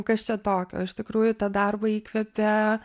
kas čia tokio o iš tikrųjų tą darbą įkvepė